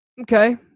okay